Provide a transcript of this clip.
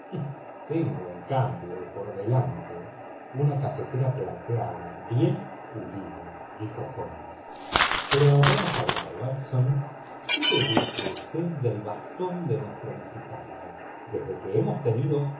tengo en cambio por delante una cafetera plateada bien pulida dijo holmes pero vamos a ver watson qué deduce usted del bastón de nuestro visitante desde que hemos tenido